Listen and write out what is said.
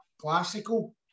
classical